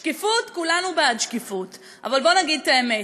שקיפות, כולנו בעד שקיפות, אבל בואו נגיד את האמת: